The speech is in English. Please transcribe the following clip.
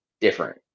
different